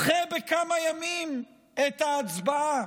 דחה בכמה ימים את ההצבעה,